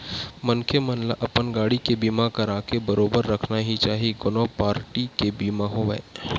मनखे मन ल अपन गाड़ी के बीमा कराके बरोबर रखना ही चाही कोनो पारटी के बीमा होवय